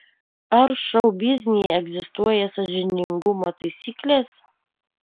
ar šou biznyje egzistuoja sąžiningumo taisyklės